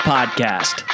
Podcast